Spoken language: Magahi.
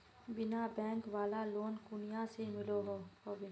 बिना बैंक वाला लोन कुनियाँ से मिलोहो होबे?